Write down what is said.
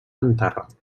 enterrat